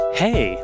hey